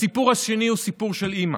הסיפור השני הוא סיפור של אימא,